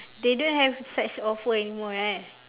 they don't have such offer anymore eh